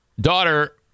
daughter